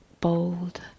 bold